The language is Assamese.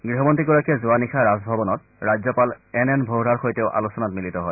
গৃহমন্ত্ৰীগৰাকীয়ে যোৱা নিশা ৰাজভৱনত ৰাজ্যপাল এন এন ভোহৰাৰ সৈতেও আলোচনাত মিলিত হয়